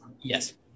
Yes